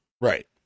right